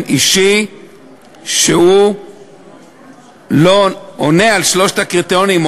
אישי שהוא עונה על שלושת הקריטריונים,